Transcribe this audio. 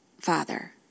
Father